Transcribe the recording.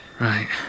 Right